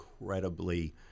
incredibly